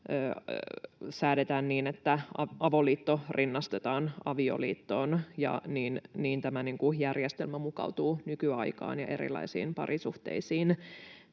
säädetään niin, että avoliitto rinnastetaan avioliittoon, ja niin tämä järjestelmä mukautuu nykyaikaan ja erilaisiin parisuhteisiin.